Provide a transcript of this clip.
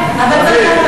בעדכם.